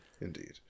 indeed